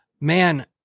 man